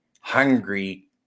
hungry